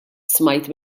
smajt